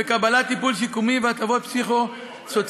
בקבלת טיפול שיקומי והטבות פסיכוסוציאליות,